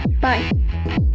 bye